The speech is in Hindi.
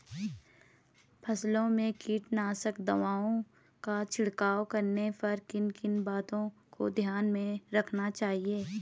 फसलों में कीटनाशक दवाओं का छिड़काव करने पर किन किन बातों को ध्यान में रखना चाहिए?